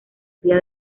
cría